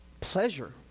pleasure